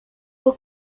were